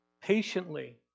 patiently